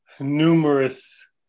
numerous